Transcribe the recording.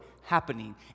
happening